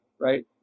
Right